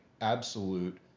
absolute